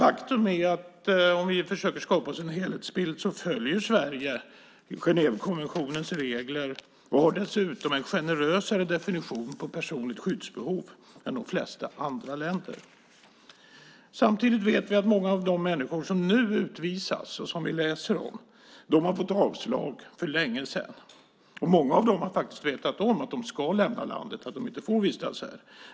Faktum är att om vi försöker skapa oss en helhetsbild så följer Sverige Genèvekonventionens regler och har dessutom en generösare definition på personligt skyddsbehov än de flesta andra länder. Samtidigt vet vi att många av de människor som nu utvisas och som vi läser om har fått avslag för länge sedan. Många av dem har faktiskt vetat om att de ska lämna landet och att de inte får vistas här.